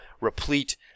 replete